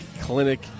clinic